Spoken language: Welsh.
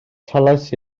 talais